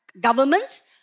governments